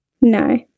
No